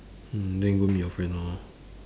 then go meet your friend lor